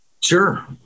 sure